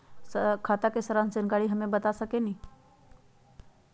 खाता के सारा जानकारी हमे बता सकेनी?